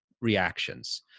reactions